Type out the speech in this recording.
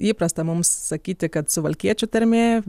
įprasta mums sakyti kad suvalkiečių tarmė